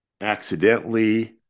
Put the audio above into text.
accidentally